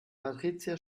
patricia